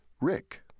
Rick